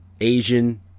Asian